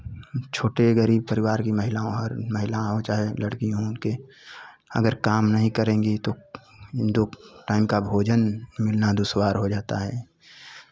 छोटे गरीब परिवार की महिलाओं हर महिला हों चाहे लड़की हो उनके अगर काम नहीं करेंगी तो दो टाइम का भोजन मिलना दुशवार हो जाता है